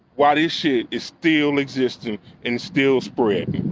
why is she is still existing and still spread?